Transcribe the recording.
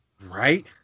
Right